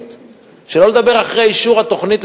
שלא לדבר אחרי אישור התוכנית,